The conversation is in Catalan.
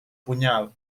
punyal